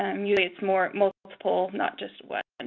um usually it is more multiple, not just one. and